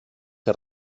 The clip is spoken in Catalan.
que